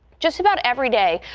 just about every day.